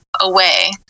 away